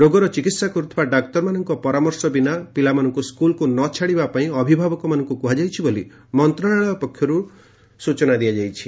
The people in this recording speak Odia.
ରୋଗର ଚିକିତ୍ସା କରୁଥିବା ଡାକ୍ତରମାନଙ୍କ ପରାମର୍ଶ ବିନା ପିଲାମାନଙ୍କୁ ସ୍କୁଲକୁ ନ ଛାଡ଼ିବା ପାଇଁ ଅଭିଭାବକମାନଙ୍କୁ କୁହାଯାଇଛି ବୋଲି ମନ୍ତ୍ରଣାଳୟ ପକ୍ଷରୁ କୁହାଯାଇଛି